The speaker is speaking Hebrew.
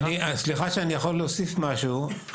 סליחה, אם אני יכול להוסיף משהו,